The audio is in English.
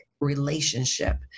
relationship